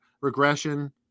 regression